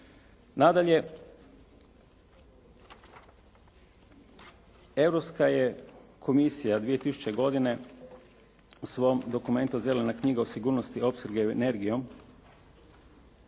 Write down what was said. Nadalje, Europska komisija je 2000. godine u svom dokumentu Zelena knjiga o sigurnosti opskrbe energijom